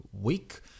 week